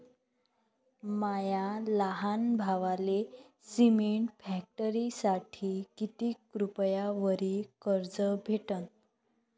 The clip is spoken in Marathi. माया लहान भावाले सिमेंट फॅक्टरीसाठी कितीक रुपयावरी कर्ज भेटनं?